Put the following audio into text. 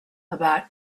about